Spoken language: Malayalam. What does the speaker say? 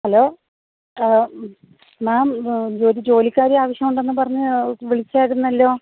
ഹലോ മേം ഒരു ജോലിക്കാരിയെ ആവശ്യമുണ്ടെന്ന് പറഞ്ഞ് വിളിച്ചായിരുന്നല്ലോ